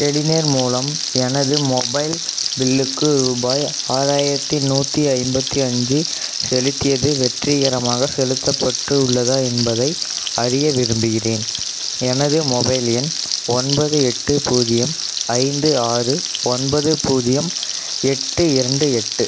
Telenor மூலம் எனது mobile பில்லுக்கு ரூபாய் ஆறாயிரத்தி நூற்றி ஐம்பத்தி அஞ்சு செலுத்தியது வெற்றிகரமாகச் செலுத்தப்பட்டு உள்ளதா என்பதை அறிய விரும்புகிறேன் எனது மொபைல் எண் ஒன்பது எட்டு பூஜ்ஜியம் ஐந்து ஆறு ஒன்பது பூஜ்ஜியம் எட்டு இரண்டு எட்டு